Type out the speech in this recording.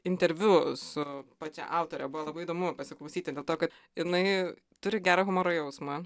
interviu su pačia autore buvo labai įdomu pasiklausyti dėl to kad jinai turi gerą humoro jausmą